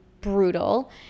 brutal